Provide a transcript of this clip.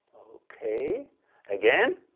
okay again.